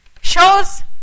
Shows